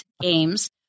games